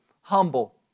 humble